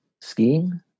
skiing